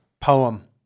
poem